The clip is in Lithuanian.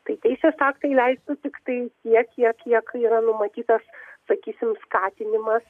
tai teisės aktai leistų tiktai tiek kiek yra numatytas sakysim skatinimas